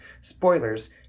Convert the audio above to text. spoilers